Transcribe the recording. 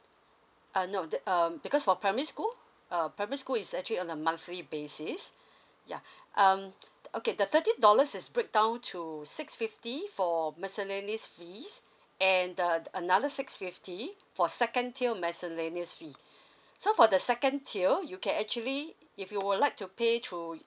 uh no that um because for primary school uh primary school is actually on a monthly basis ya um the okay the thirty dollars is breakdown to six fifty for miscellaneous fees and the another six fifty for second tier miscellaneous fee so for the second tier you can actually if you would like to pay through